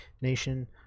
Nation